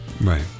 right